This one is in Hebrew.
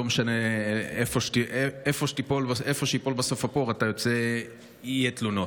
לא משנה איפה ייפול בסוף הפור, יהיו תלונות,